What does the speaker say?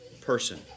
person